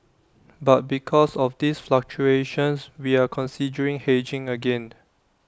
but because of these fluctuations we are considering hedging again